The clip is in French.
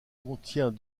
contient